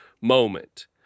moment